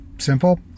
simple